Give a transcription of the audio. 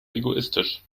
egoistisch